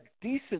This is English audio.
decent